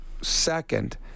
second